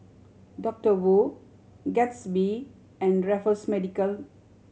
Doctor Wu Gatsby and Raffles Medical